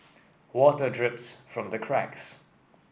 water drips from the cracks